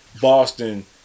Boston